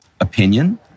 opinion